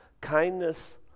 kindness